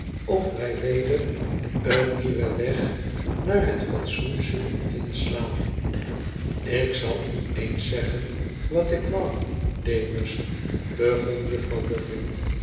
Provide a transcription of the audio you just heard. of wij weder een nieuwen weg naar het fatsoen zullen inslaan ik zal u eens zeggen wat ik wou demus begon juffrouw boffin